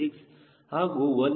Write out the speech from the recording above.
6 ಹಾಗೂ 1